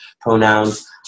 pronouns